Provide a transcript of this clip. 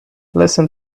listen